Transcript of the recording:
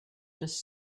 just